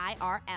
IRL